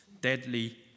deadly